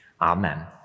Amen